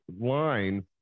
line